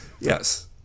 Yes